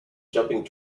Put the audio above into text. jumping